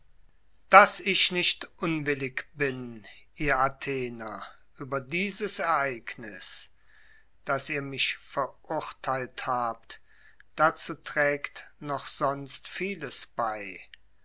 daß ich nicht unwillig bin ihr athener über dieses ereignis daß ihr mich verurteilt habt dazu trägt noch sonst vieles bei